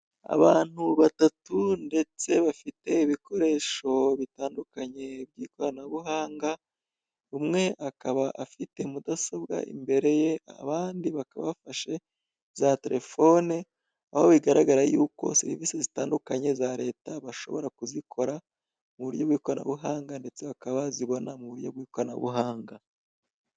Abantu batatu ndetse bafite ibikoresho bitandukanye by'ikoranabuhanga: umwe akaba afite mudasobwa imbere ye , abandi bakaba bafashe za telefone aho bigaragara yuko serivise zitandukanye za Leta bashobora kuzikora muburyo bw'ikoranabuhanga ndetse bakaba bazibona muburyo bw'ikoranabuhanga